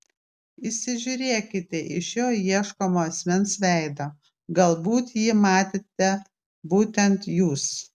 įsižiūrėkite į šio ieškomo asmens veidą galbūt jį matėte būtent jūs